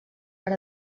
per